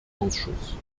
ausschuss